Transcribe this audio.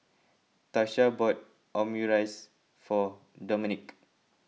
Tasha bought Omurice for Domenick